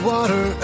Water